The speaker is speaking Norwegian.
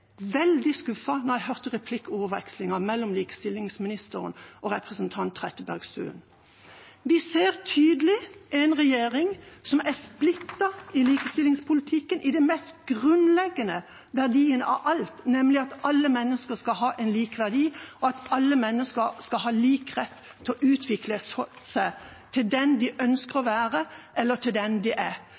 hørte replikkordvekslingen mellom likestillingsministeren og representanten Trettebergstuen. Vi ser tydelig en regjering som er splittet i likestillingspolitikken når det kommer til den mest grunnleggende verdien av alle, nemlig at alle mennesker har lik verdi, og at alle mennesker har lik rett til å utvikle seg til den de ønsker å være, eller til den de er.